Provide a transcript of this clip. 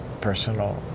personal